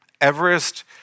Everest